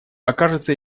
окажется